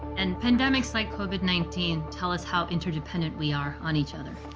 and pandemics like covid nineteen tell us how interdependent we are on each other.